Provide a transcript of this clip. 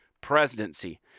presidency